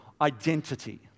identity